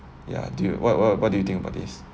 ya do you what what what do you think about this